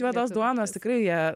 juodos duonos tikrai jie